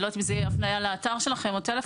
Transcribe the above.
אני לא יודעת אם זאת תהיה הפניה לאתר שלכם או טלפון,